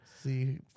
See